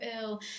ill